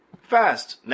fast